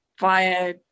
via